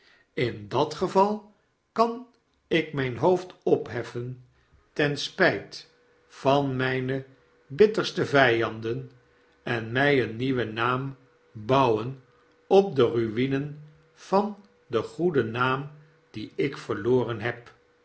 in dat geval kan ik mijn hoofd opheffen ten spijt van mijne bitterste vijanden en mij een nieuwen naam bouwen op de ruinen van den goeden naam dien ik verloren heb